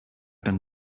been